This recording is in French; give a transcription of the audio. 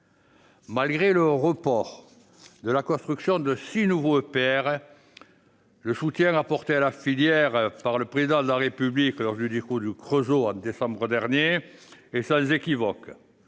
Malgré le report de la construction de 6 nouveaux EPR, le soutien apporté à la filière nucléaire par le Président de la République lors du discours du Creusot, en décembre dernier, est sans équivoque